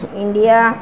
India